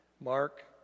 Mark